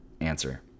answer